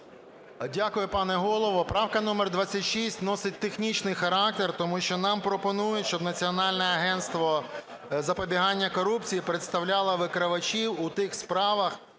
Дякую, пане Голово. Правка номер 26 носить технічний характер. Тому що нам пропонують, щоб Національне агентство з запобігання корупції представляло викривачів у тих справах,